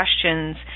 questions